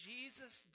Jesus